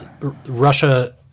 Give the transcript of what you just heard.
Russia –